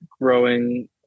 growing